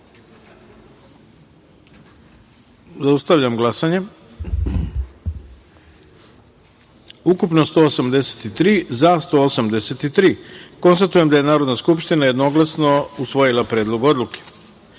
taster. Zaustavljam glasanje. Ukupno 183, za – 183.Konstatujem da je Narodna skupština jednoglasno usvojila Predlog odluke.